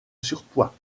surpoids